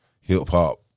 hip-hop